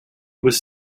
was